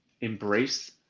embrace